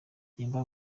yemba